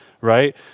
right